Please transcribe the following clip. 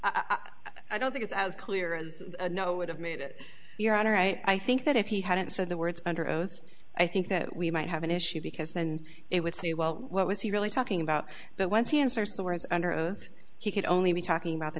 i don't think it's as clear as it would have made it your honor i think that if he hadn't said the words under oath i think that we might have an issue because then it would say well what was he really talking about but once he answers the words under oath he could only be talking about the